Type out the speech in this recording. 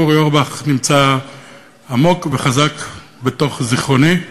אורי אורבך נמצא עמוק וחזק בתוך זיכרוני,